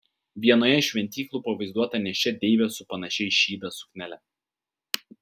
vienoje iš šventyklų pavaizduota nėščia deivė su panašia į šydą suknele